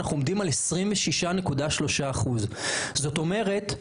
אנחנו עומדים על 26.3%. זאת אומרת,